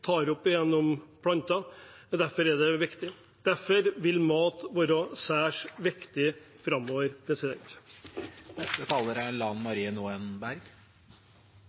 tar opp gjennom plantene. Derfor vil mat være særs viktig framover.